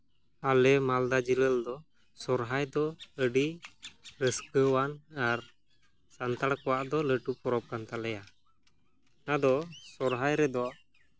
ᱟᱞᱮ ᱢᱟᱞᱫᱟ ᱡᱮᱞᱟ ᱨᱮᱫᱚ ᱥᱚᱨᱦᱟᱭ ᱫᱚ ᱟᱹᱰᱤ ᱨᱟᱹᱥᱠᱟᱹ ᱟᱱ ᱟᱨ ᱥᱟᱱᱛᱟᱲ ᱠᱚᱣᱟᱜ ᱫᱚ ᱞᱟᱹᱴᱩ ᱯᱚᱨᱚᱵᱽ ᱠᱟᱱ ᱛᱟᱞᱮᱭᱟ ᱟᱫᱚ ᱥᱚᱨᱦᱟᱭ ᱨᱮᱫᱚ